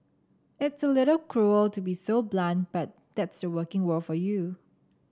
it's a little cruel to be so blunt but that's the working world for you